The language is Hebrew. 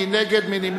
מי נגד?